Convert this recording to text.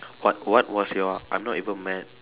what what was your I'm not even mad